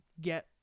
get